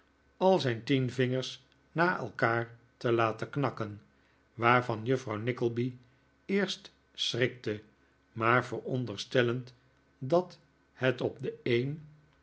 al zijn tien vingers na elkaar te laten knakken waarvan juffrouw nickleby eerst schrikte maar veronderstellend dat het op de een